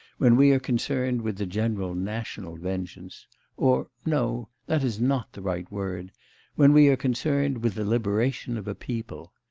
when we are concerned with the general national vengeance or no, that is not the right word when we are concerned with the liberation of a people.